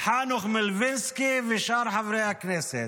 חנוך מלביצקי ושאר חברי הכנסת,